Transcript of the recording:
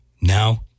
Now